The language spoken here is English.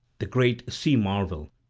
the great sea-marvel,